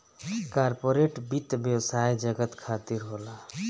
corporate वित्त व्यवसाय जगत खातिर होला